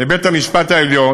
בבית-המשפט העליון.